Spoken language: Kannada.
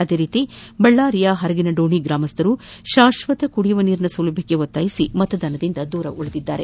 ಅದೇ ರೀತಿ ಬಳ್ಳಾರಿಯ ಹರಗಿನಡೋಣಿ ಗ್ರಾಮಸ್ದರು ಶಾಶ್ಯತ ಕುದಿಯುವ ನೀರಿನ ಸೌಲಭ್ಯಕ್ಕೆ ಆಗ್ರಹಿಸಿ ಮತದಾನದಿಂದ ಹೊರಗುಳಿದಿದ್ದಾರೆ